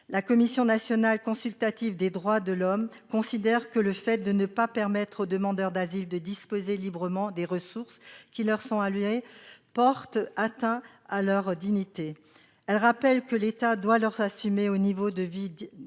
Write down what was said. La Commission nationale consultative des droits de l'homme considère que le fait de ne pas permettre aux demandeurs d'asile de disposer librement des ressources qui leur sont allouées porte atteinte à leur dignité. Elle rappelle que l'État doit leur assurer un niveau de vie digne